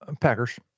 Packers